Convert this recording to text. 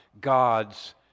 God's